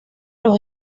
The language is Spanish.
los